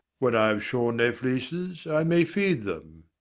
when i have shorn their fleeces i may feed them.